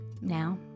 now